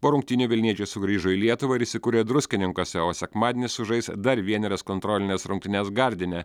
po rungtynių vilniečiai sugrįžo į lietuvą ir įsikūrė druskininkuose o sekmadienį sužais dar vienerias kontrolines rungtynes gardine